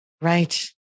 Right